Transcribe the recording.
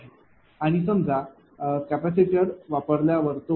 आहे आणि समजा कॅपेसिटर वापरण्यावर तो 0